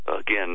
again